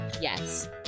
yes